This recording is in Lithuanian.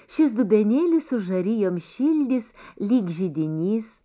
šis dubenėlis su žarijom šildys lyg židinys